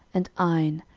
and ain,